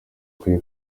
bakwiye